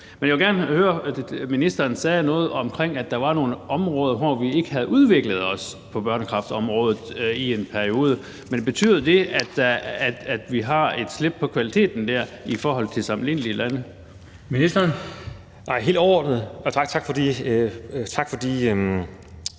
jeg vil gerne høre: Ministeren sagde noget om, at der var nogle områder, hvor vi ikke havde udviklet os på børnekræftområdet i en periode, men betyder det, at vi har et slip på kvaliteten der i forhold til sammenlignelige lande? Kl. 15:51 Den fg. formand